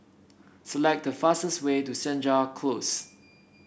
select the fastest way to Senja Close